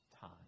time